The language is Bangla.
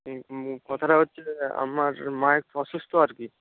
কথাটা হচ্ছে যে আমার মা একটু অসুস্থ আর কি